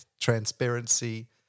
transparency